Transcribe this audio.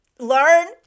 learn